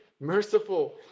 merciful